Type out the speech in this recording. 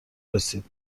رسید